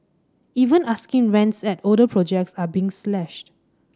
even asking rents at older projects are being slashed